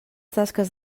tasques